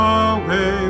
away